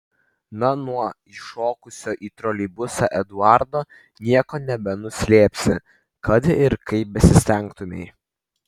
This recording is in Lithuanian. na nuo įšokusio į troleibusą eduardo nieko nebenuslėpsi kad ir kaip besistengtumei